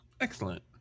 excellent